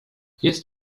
jest